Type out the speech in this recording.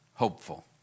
hopeful